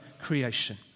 creation